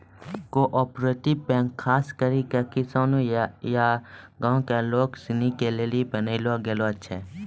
cooperative bank खास करी के किसान या गांव के लोग सनी के लेली बनैलो गेलो छै